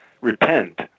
repent